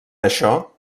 això